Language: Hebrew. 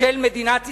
של מדינת ישראל,